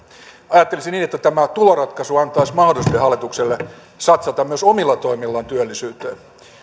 ajattelisin niin että tämä tuloratkaisu antaisi mahdollisuuden hallitukselle satsata myös omilla toimillaan työllisyyteen